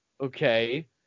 okay